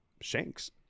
shanks